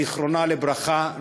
זיכרונה לברכה,